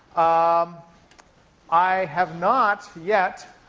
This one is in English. um i have not yet